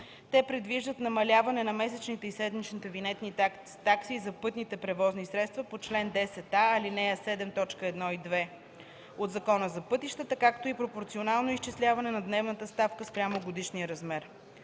Те предвиждат намаляване на месечните и седмичните винетни такси за пътните превозни средства по чл. 10а, ал. 7, т. 1 и 2 от Закона за пътищата, както и пропорционално изчисляване на дневната ставка спрямо годишния размер.